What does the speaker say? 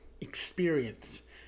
experience